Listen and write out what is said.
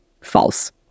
false